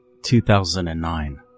2009